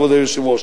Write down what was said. כבוד היושב-ראש.